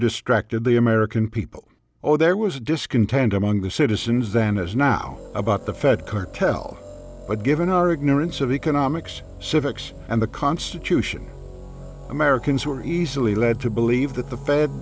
distracted the american people oh there was discontent among the citizens then as now about the fed cartel but given our ignorance of economics civics and the constitution americans were easily led to believe that the f